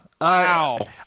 Wow